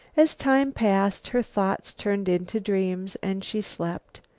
as time passed her thoughts turned into dreams and she slept.